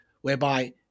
whereby